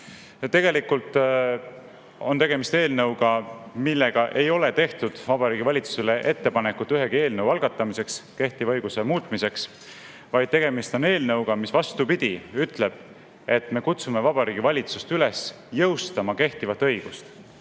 Tegelikult on tegemist eelnõuga, millega ei ole tehtud Vabariigi Valitsusele ettepanekut ühegi eelnõu algatamiseks, kehtiva õiguse muutmiseks, vaid tegemist on eelnõuga, mis, vastupidi, ütleb, et me kutsume Vabariigi Valitsust üles jõustama kehtivat õigust,